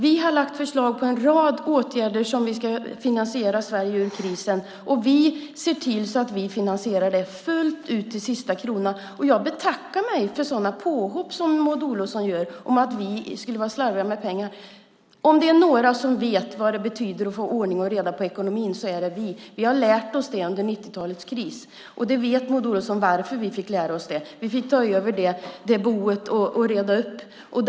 Vi har lagt fram förslag om en rad åtgärder som ska finansiera Sverige ur krisen, och vi ser till att vi finansierar dem fullt ut till sista kronan. Jag betackar mig för sådana påhopp som Maud Olofsson gör om att vi skulle vara slarviga med pengar. Om det är några som vet vad det betyder att få ordning och reda i ekonomin, så är det vi. Vi har lärt oss det under 90-talets kris. Maud Olofsson vet varför vi fick lära oss det. Vi fick ta över ert bo och reda upp i det.